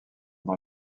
dans